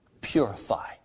purify